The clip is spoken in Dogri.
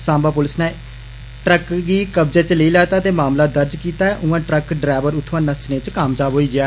सांबा पुलस ने ट्रक गी कब्जे च लेई लैता ऐ ते मामला दर्ज कीता उयां ट्रक डरैवर उत्थुआ नस्सने च कामयाब होई गेआ